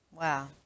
Wow